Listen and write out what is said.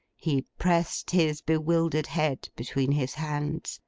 he pressed his bewildered head between his hands,